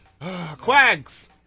Quags